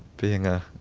being a